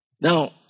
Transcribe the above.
Now